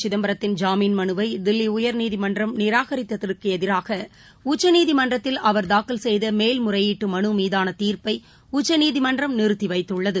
சிதம்பரத்தின் ஜாமீன் மனுவைதில்லிஉயர்நீதிமன்றம் நிராகரித்ததற்குஎதிராகஉச்சநீதிமன்றத்தில் அவர் தாக்கல் செய்தமேல்முறையீட்டுமனுமீதானதீர்ப்பைஉச்சநீதிமன்றம் நிறுத்திவைத்துள்ளது